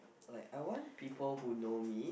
like I want people who know me